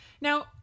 Now